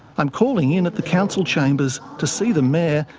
i'm calling in at the council chambers to see the mayor,